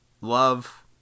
Love